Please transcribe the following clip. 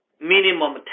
Minimum